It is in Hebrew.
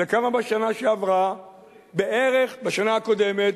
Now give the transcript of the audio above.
וכמה בשנה שעברה בערך, בשנה הקודמת?